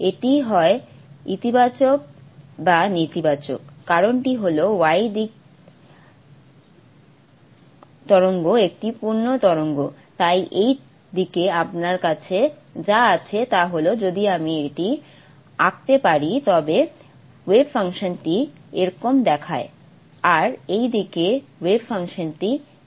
এটি হয় ইতিবাচক বা নেতিবাচক কারণটি হল y দিক তরঙ্গ একটি পূর্ণ তরঙ্গ তাই এই দিকে আপনার কাছে যা আছে তা হল যদি আমি এটি আঁকতে পারি তবে ওয়েভ ফাংশনটি এরকম দেখায় আর এই দিকে ওয়েভ ফাংশনটি এরকম দেখায়